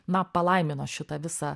na palaimino šitą visą